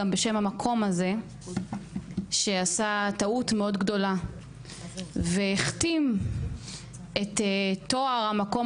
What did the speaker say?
גם בשם המקום הזה שעשה טעות מאוד גדולה והכתים את טוהר המקום